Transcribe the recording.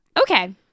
okay